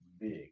big